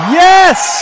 yes